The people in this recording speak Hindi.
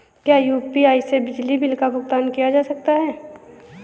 क्या यू.पी.आई से बिजली बिल का भुगतान किया जा सकता है?